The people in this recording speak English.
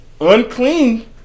Unclean